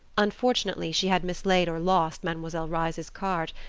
unfortunately she had mislaid or lost mademoiselle reisz's card,